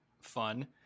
Fun